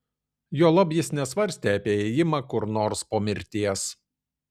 juolab jis nesvarstė apie ėjimą kur nors po mirties